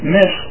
Miss